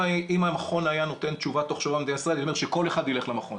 המכון היה נותן תשובה תוך שבוע הייתי אומר שכל אחד יילך למכון,